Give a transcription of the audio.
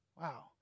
Wow